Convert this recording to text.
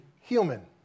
human